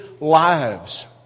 lives